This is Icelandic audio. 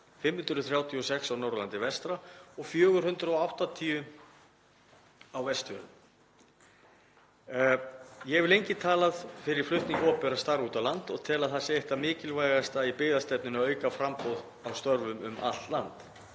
536 á Norðurlandi vestra og 480 á Vestfjörðum. Ég hef lengi talað fyrir flutningi opinberra starfa út á land og tel að eitt það mikilvægasta í byggðastefnunni sé að auka framboð á störfum um allt land.